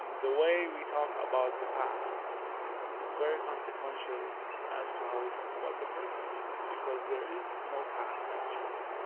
um the way we talk about the past is very consequential as to how we talk about the present because there is no past actually.